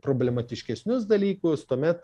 problematiškesnius dalykus tuomet